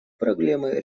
проблемы